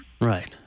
Right